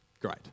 great